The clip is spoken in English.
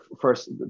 first